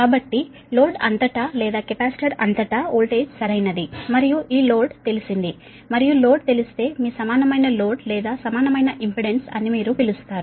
కాబట్టి లోడ్ అంతటా లేదా కెపాసిటర్ అంతటా వోల్టేజ్ సరైనది మరియు ఈ లోడ్ తెలిసింది మరియు లోడ్ తెలిస్తే మీ సమానమైన లోడ్ లేదా సమానమైన ఇంపెడెన్స్ అని మీరు పిలుస్తారు